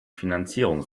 finanzierung